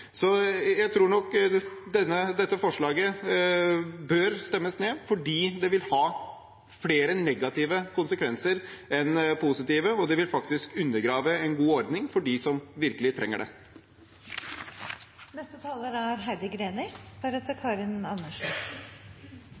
dette forslaget bør stemmes ned, fordi det vil ha flere negative konsekvenser enn positive, og det vil faktisk undergrave en god ordning for dem som virkelig trenger